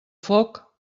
foc